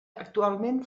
actualment